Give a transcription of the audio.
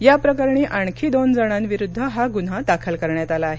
याप्रकरणी आणखी दोन जणांविरुद्ध हा गुन्हा दाखल करण्यात आला आहे